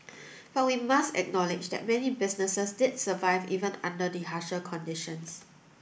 but we must acknowledge that many businesses did survive even under the harsher conditions